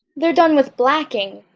they're done with blacking,